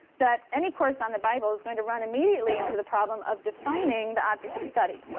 that any course on the bible is going to run immediately into the problem of defining the object of study,